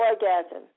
orgasm